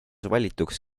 valituks